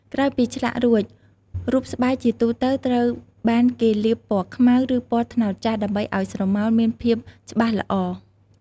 ក្រោយពីឆ្លាក់រួច រូបស្បែកជាទូទៅត្រូវបានគេលាបពណ៌ខ្មៅ ឬពណ៌ត្នោតចាស់ ដើម្បីឱ្យស្រមោលមានភាពច្បាស់ល្អ។